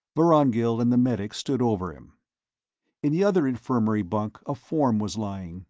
vorongil and the medic stood over him in the other infirmary bunk a form was lying,